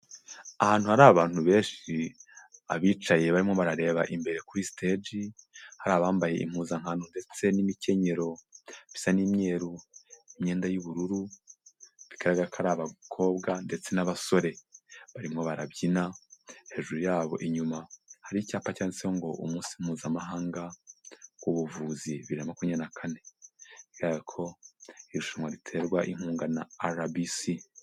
Ahantu hari abantu benshi, abicaye barimo barareba imbere kuri stage, hari abambaye impuzankano ndetse n'imikenyero bisa n'imyeru, imyenda y'ubururu, bigaragara ko ari abakobwa ndetse n'abasore. Barimo barabyina, hejuru yabo inyuma hari icyapa cyanditseho ngo umunsi mpuzamahanga w'ubuvuzi bibiri na makumyabiri na kane, bigaragara ko iri irushanwa riterwa inkunga na RBC.